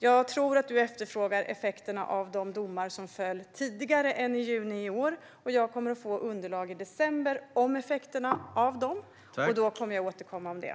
Jag tror att du frågar om effekterna av de domar som föll tidigare än i juni i år. Jag kommer att få underlag i december om effekterna av dem. Jag kommer då att återkomma om det.